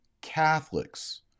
Catholics